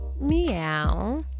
meow